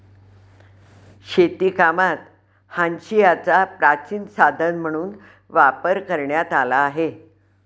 शेतीकामात हांशियाचा प्राचीन साधन म्हणून वापर करण्यात आला आहे